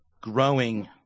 growing